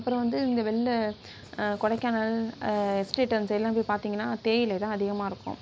அப்றம் வந்து இந்த வெளில கொடைக்கானல் எஸ்டேட் அந்த சைடுலான் போய் பார்த்தீங்கனா தேயிலைதான் அதிகமாக இருக்கும்